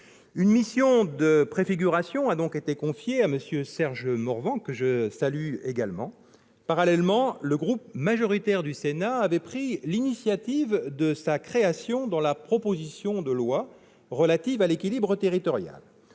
Une mission de préfiguration a donc été confiée à M. Serge Morvan, que je salue. Parallèlement, le groupe majoritaire du Sénat avait pris l'initiative d'une telle création dans la proposition de loi relative à l'équilibre territorial